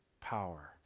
power